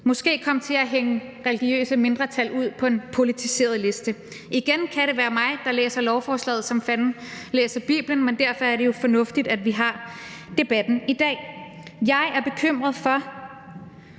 måske komme til at hænge religiøse mindretal ud på en politiseret liste? Igen kan det være mig, der læser lovforslaget, som Fanden læser Bibelen, men derfor er det jo fornuftigt, at vi har debatten i dag. Jeg er bekymret for,